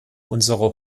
unsere